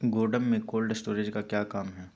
गोडम में cold storage का क्या काम है?